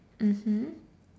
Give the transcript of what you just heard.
mmhmm